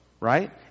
right